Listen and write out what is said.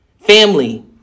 family